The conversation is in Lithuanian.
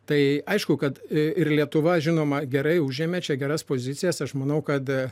tai aišku kad ir lietuva žinoma gerai užėmė čia geras pozicijas aš manau kad